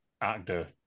actor